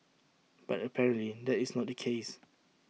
but apparently that is not the case